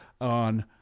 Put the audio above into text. on